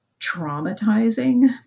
traumatizing